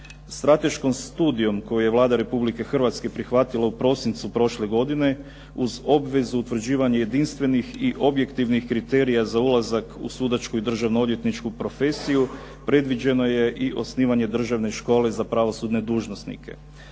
Strateškom studijom kojom je Vlada Republike Hrvatske prihvatila u prosincu prošle godine, uz obvezu utvrđivanja jedinstvenih i objektivnih kriterija za ulazak u sudačku i državno odvjetničku profesiju, predviđeno je i osnivanje Državne škole za pravosudne dužnosnike.